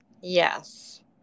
Yes